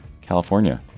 California